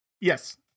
Yes